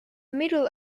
middle